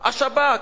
השב"כ.